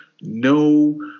no